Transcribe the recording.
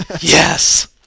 Yes